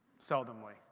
Seldomly